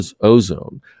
ozone